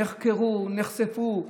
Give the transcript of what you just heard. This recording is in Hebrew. נחקרו, נחשפו.